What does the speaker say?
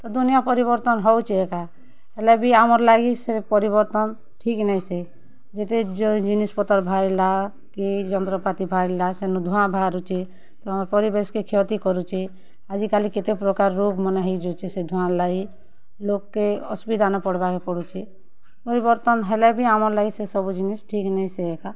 ତ ଦୁନିଆଁ ପରିବର୍ତ୍ତନ୍ ହେଉଛେ ଏକା ହେଲେ ବି ଆମର୍ ଲାଗି ସେ ପରିବର୍ତ୍ତନ୍ ଠିକ୍ ନାଇ ସେ ଯେତେ ଜିନିଷ୍ ପତର୍ ବାହାରିଲା କି ଯନ୍ତ୍ରପାତି ବାହାରିଲା ସେନୁ ଧୁଆଁ ବାହାରୁଛେ ତ ଆମର୍ ପରିବେଶ୍ କେ କ୍ଷତି କରୁଛେ ଆଜି କାଲି କେତେ ପ୍ରକାର୍ ରୋଗ୍ ମାନେ ହେଇଯାଉଛେ ସେ ଧୁଆଁ ର୍ ଲାଗି ଲୋକ୍ କେ ଅସୁବିଧା ନେ ପଡ଼୍ବାର୍ ଲାଗି ପଡୁଛେ ପରିବର୍ତ୍ତନ୍ ହେଲେ ବି ଆମର୍ ଲାଗି ସେ ସବୁ ଜିନିଷ୍ ଠିକ୍ ନାଇ ସେ ଏକା